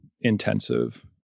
intensive